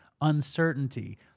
uncertainty